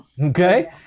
Okay